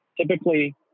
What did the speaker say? Typically